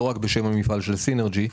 לא רק בשם המפעל של סינרג'י.